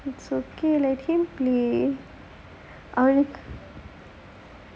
it's okay let him play